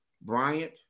Bryant